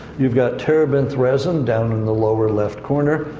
you've got terebinth resin, down in the lower left corner,